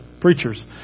preachers